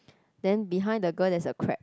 then behind the girl there's a crab